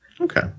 Okay